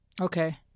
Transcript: okay